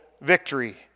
victory